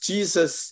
Jesus